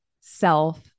self